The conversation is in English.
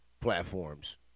platforms